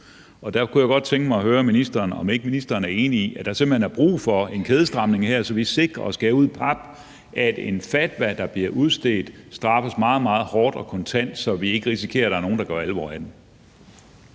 Derfor kunne jeg godt tænke mig at høre ministeren, om ikke ministeren er enig i, at der simpelt hen er brug for en kædestramning her, så vi sikrer og skærer ud i pap, at en fatwa, der bliver udstedt, straffes meget, meget hårdt og kontant, så vi ikke risikerer, at der er nogen, der gør alvor af den.